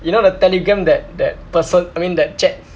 you know the telegram that that person I mean that chat